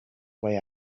way